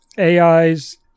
AIs